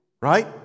right